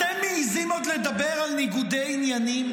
אתם עוד מעיזים לדבר על ניגודי עניינים,